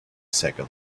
second